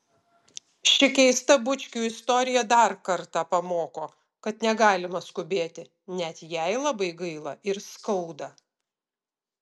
ši keista bučkių istorija dar kartą pamoko kad negalima skubėti net jei labai gaila ir skauda